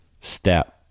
step